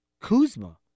Kuzma